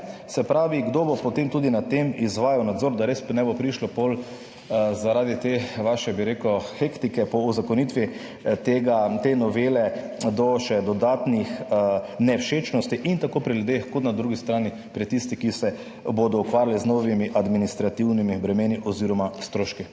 se pravi, kdo bo potem tudi nad tem izvajal nadzor, da res ne bo prišlo zaradi te vaše, bi rekel, hektike po uzakonitvi te novele do še dodatnih nevšečnosti? Tako pri ljudeh kot na drugi strani pri tistih, ki se bodo ukvarjali z novimi administrativnimi bremeni oziroma stroški.